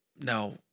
Now